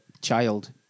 child